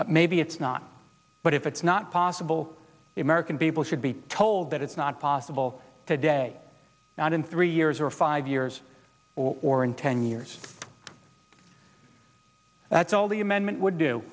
passenger maybe it's not but if it's not possible the american people should be told that it's not possible today not in three years or five years or in ten years that's all the amendment would do